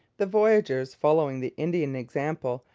the voyageurs, following the indian example,